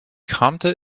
kramte